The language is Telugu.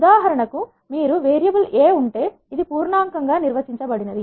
ఉదాహరణకు మీకు వేరియబుల్ a ఉంటే అది ఇది పూర్ణంకంగా నిర్వచించబడింది